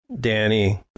Danny